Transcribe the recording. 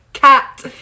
Cat